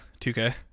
2k